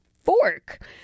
fork